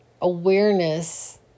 awareness